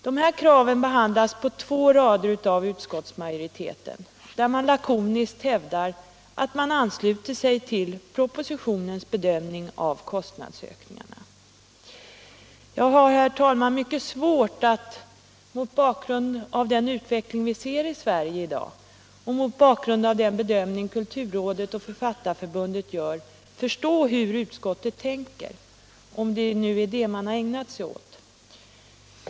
De här kraven behandlas av utskottsmajoriteten på två rader, och den hävdar lakoniskt att den ansluter sig till bedömningen av kostnadsökningarna i propositionen. Jag har, herr talman, mycket svårt att mot bakgrund av den utveckling vi ser i Sverige i dag och kulturrådets och Författarförbundets bedömning förstå hur utskottet tänker, om det nu är det som utskottet har ägnat sig åt.